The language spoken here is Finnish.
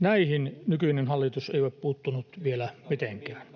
Näihin nykyinen hallitus ei ole puuttunut vielä mitenkään.